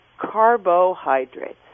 carbohydrates